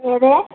ഏത്